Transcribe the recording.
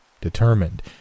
Determined